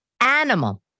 Animal